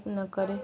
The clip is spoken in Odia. ନ କରେ